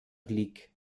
lig